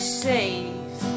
safe